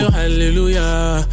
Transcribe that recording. hallelujah